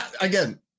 Again